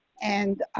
and